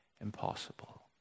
impossible